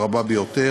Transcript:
היא רבה ביותר.